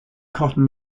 cotton